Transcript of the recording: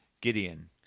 Gideon